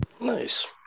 Nice